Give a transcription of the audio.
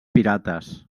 pirates